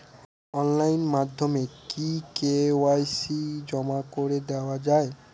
Online মাধ্যমে কি KYC জমা করে দেওয়া য়ায়?